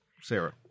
Sarah